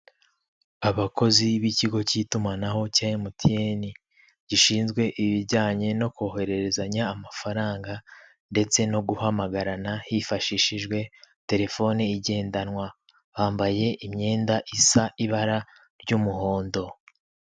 Abakozi b'ikigo cy'itumanaho cya emutiyeni, gishinzwe ibijyanye no kohererezanya amafaranga ndetse no guhamagarana hifashishijwe telefone igendanwa bambaye imyenda isa ibara ry'umuhondo.